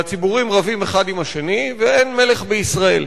והציבורים רבים אחד עם השני, ואין מלך בישראל.